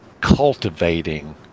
cultivating